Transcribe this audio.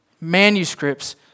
manuscripts